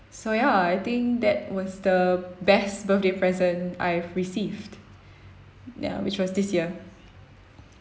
so ya I think that was the best birthday present I've received ya which was this year